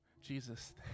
Jesus